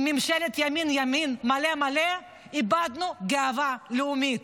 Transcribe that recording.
עם ממשלת ימין ימין מלא מלא איבדנו גאווה לאומית.